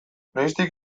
noiztik